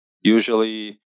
usually